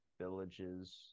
Villages